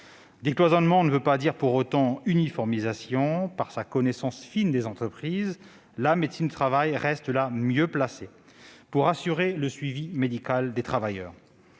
Décloisonnement ne veut pas dire pour autant uniformisation : par sa connaissance fine des entreprises, la médecine du travail reste la mieux placée pour assurer le suivi médical des travailleurs.